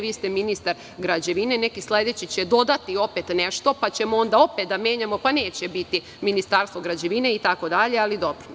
Vi ste ministar građevine, neki sledeći će dodati opet nešto, pa ćemo onda opet da menjamo, pa neće biti Ministarstvo građevine itd, ali, dobro.